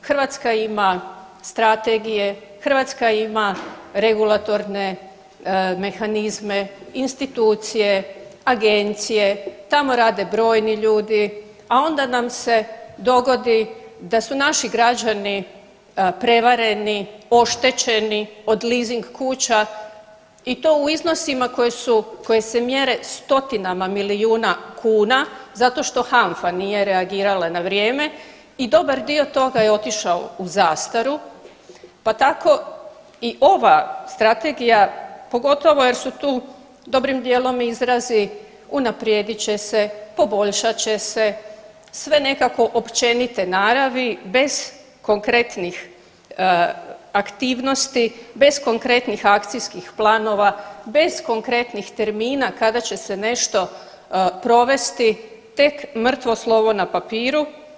Hrvatska ima strategije, Hrvatska ima regulatorne mehanizme, institucije, agencije, tamo rade brojni ljudi, a onda nam se dogodi da su naši građani prevareni, oštećeni od leasing kuća i to u iznosima koji su, koji se mjere stotinama milijuna kuna zato što HANFA nije reagirala na vrijeme i dobar dio toga je otišao u zastaru pa tako i ova Strategija, pogotovo jer su tu dobrim dijelom izrazi, unaprijedit će se, poboljšat će se, sve nekako općenite naravi bez konkretnih aktivnosti, bez konkretnih akcijskih planova, bez konkretnih termina kada će se nešto provesti, tek mrtvo slovo na papiru.